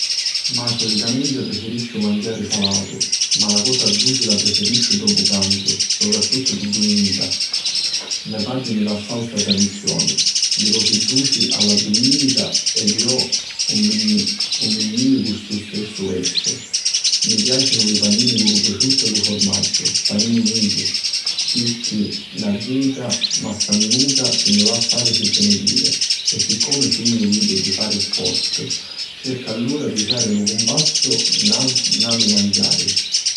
Ma solitamenti preferisciu manciari salatu, la cosa duci la prifirisciu dopu pranzu, soprattuttu di duminica. Me patri mi lassau sta tradizioni, li cosi duci a la duminica ed iu mi ni jivi cu lu so versu. Mi piacinu li panini cu lu prosciuttu e lu furmaggiu, panini nichi, pirchì la dieta masannunca si ni va a fàrisi binidiri. E siccomi sugnu unu vili di fari sportu cercu allura di usari lu cumpassu nata lu manciari.